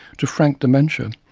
to frank dementia,